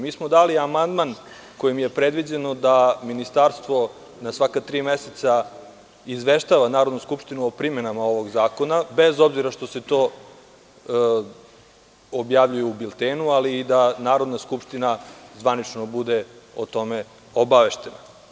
Mi smo dali amandman kojim je predviđeno da ministarstvo na svaka tri meseca izveštava Narodnu skupštinu o primenama ovog zakona, bez obzira što se to objavljuje u biltenu, ali i da Narodna skupština zvanično bude o tome obaveštena.